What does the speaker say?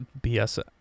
BS